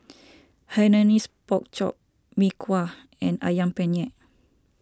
Hainanese Pork Chop Mee Kuah and Ayam Penyet